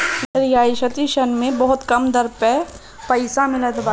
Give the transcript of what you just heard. रियायती ऋण मे बहुते कम दर पअ पईसा मिलत बाटे